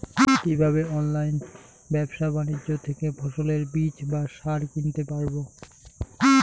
কীভাবে অনলাইন ব্যাবসা বাণিজ্য থেকে ফসলের বীজ বা সার কিনতে পারবো?